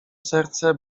serce